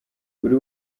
buri